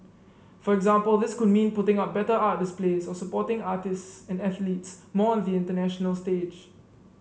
for example this could mean putting up better art displays or supporting artists and athletes more on the international stage